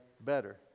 better